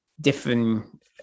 different